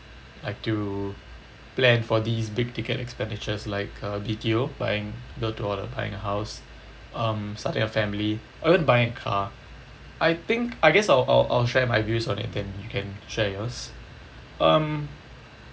like to plan for these big ticket expenditures like uh B_T_O buying build to order buying a house um starting a family or evening buying a car I think I guess I'll I'll I'll share my views on it then you can share yours um